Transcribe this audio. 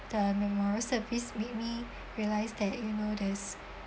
the memorial service made me realise that you know there is